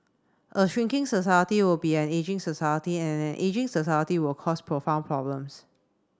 a shrinking society will be an ageing society and an ageing society will cause profound problems